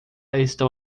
estão